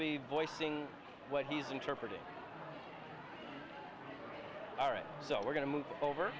be voicing what he's interpreted all right so we're going to move over